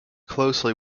closely